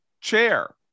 chair